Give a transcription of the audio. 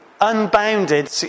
unbounded